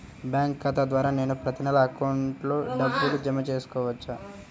Bank ఖాతా ద్వారా నేను ప్రతి నెల అకౌంట్లో డబ్బులు జమ చేసుకోవచ్చా?